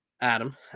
Adam